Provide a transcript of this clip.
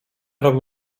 robił